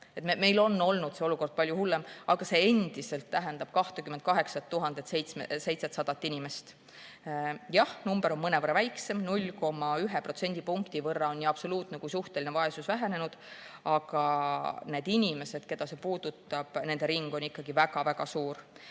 meil on olnud see olukord palju hullem, aga see tähendab endiselt 28 700 inimest. Jah, number on mõnevõrra väiksem, 0,1% võrra on nii absoluutne kui ka suhteline vaesus vähenenud, aga nende inimeste ring, keda see puudutab, on ikkagi väga-väga suur.